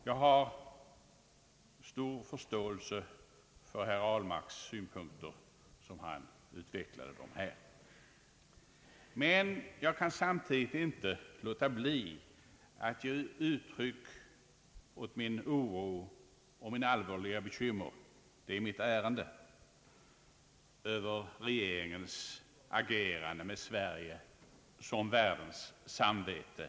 Jag har full förståelse för de synpunkter, som herr Ahlmark utvecklade, men kan samtidigt inte underlåta att ge uttryck åt min oro och mitt allvarliga bekymmer — det är det som är mitt ärende — över regeringens agerande med Sverige som världens samvete.